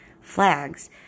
flags